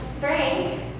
Frank